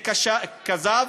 וזה כזב,